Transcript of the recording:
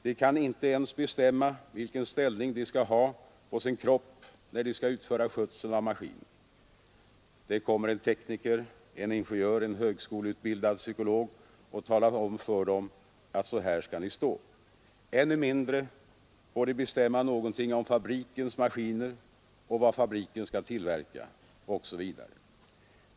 De kan inte ens bestämma vilken ställning de skall ha på sin kropp när de skall utföra skötseln av maskinen. Det kommer en tekniker, en ingenjör, en högskoleutbildad psykolog och talar om för dem att så här skall ni stå. Ännu mindre får de bestämma någonting om fabrikens maskiner och vad fabriken skall tillverka osv.